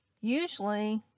usually